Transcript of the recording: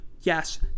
yes